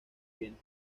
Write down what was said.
bienes